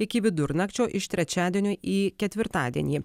iki vidurnakčio iš trečiadienio į ketvirtadienį